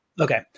Okay